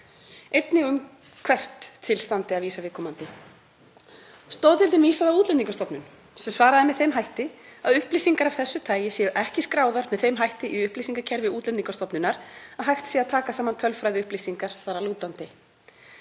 einnig um hvert standi til að vísa viðkomandi. Stoðdeildin vísaði á Útlendingastofnun sem svaraði með þeim hætti að upplýsingar af þessu tagi væru ekki skráðar með þeim hætti í upplýsingakerfi Útlendingastofnunar að hægt væri að taka saman tölfræðiupplýsingar þar að lútandi.